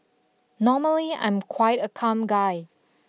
normally I'm quite a calm guy